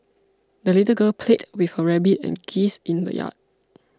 the little girl played with her rabbit and geese in the yard